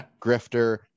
grifter